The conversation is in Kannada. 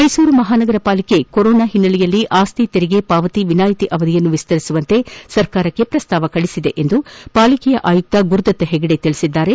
ಮೈಸೂರು ಮಹಾನಗರ ಪಾಲಿಕೆ ಕೊರೊನಾ ಓನ್ನೆಲೆಯಲ್ಲಿ ಆಸ್ತಿ ತೆರಿಗೆ ಪಾವತಿ ವಿನಾಯಿತಿ ಅವಧಿಯನ್ನು ವಿಸ್ತರಿಸುವಂತೆ ಸರ್ಕಾರಕ್ಕೆ ಪ್ರಸ್ತಾವ ಕಳುಒಸಿದೆ ಎಂದು ಪಾಲಿಕೆ ಆಯುಕ್ತ ಗುರುದತ್ ಹೆಗಡೆ ತಿಳಿಸಿದ್ದಾರೆ